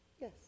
Yes